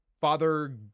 Father